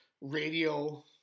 radio